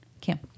Kim